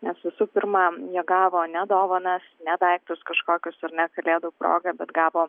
nes visų pirma jie gavo ne dovanas ne daiktus kažkokius ar ne kalėdų proga bet gavo